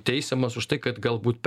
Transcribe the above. teisiamas už tai kad galbūt